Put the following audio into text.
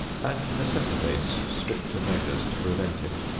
and necessitates stricter measures to prevent it.